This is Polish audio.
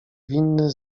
winny